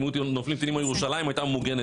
אם היו נופלים טילים על ירושלים היא הייתה ממוגנת,